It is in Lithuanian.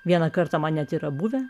vieną kartą man net yra buvę